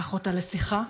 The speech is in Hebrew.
קח אותה לשיחה,